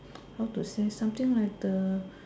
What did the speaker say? how to say something like the